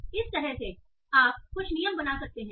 तो इस तरह से इस तरह से आप कुछ नियम बना सकते हैं